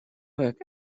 werk